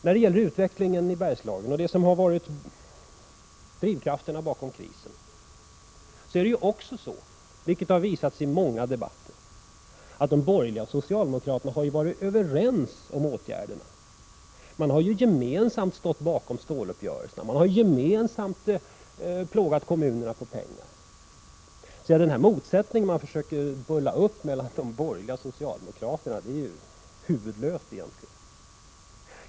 När det gäller utvecklingen i Bergslagen och drivkrafterna bakom krisen har, vilket har visat sig i många debatter, de borgerliga och socialdemokrater 91 na varit överens om åtgärderna. De har gemensamt stått bakom ståluppgörelserna och gemensamt plågat kommunerna för att få in pengar. Den motsättning som här målas upp mellan de borgerliga och socialdemokraterna är egentligen huvudlös.